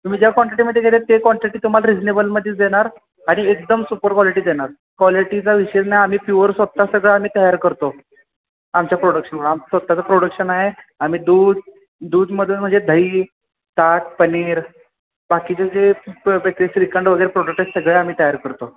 तुम्ही ज्या क्वांटिटीमध्ये गेले ते क्वांटिटी तुम्हाला रिझनेबलमध्येच देणार आणि एकदम सुपर क्वालिटी देणार क्वालिटीचा विषय नाही आम्ही प्युअर स्वतः सगळं आम्ही तयार करतो आमच्या प्रोडक्शनवर आम स्वतःचं प्रोडक्शन आहे आम्ही दूध दूधमधून म्हणजे दही ताक पनीर बाकीचं जे बेकरी श्रीखंड वगैरे आहेत प्रोडक्ट आहेत सगळे आम्ही तयार करतो